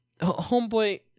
Homeboy